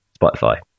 Spotify